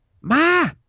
Ma